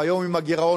והיום עם הגירעון,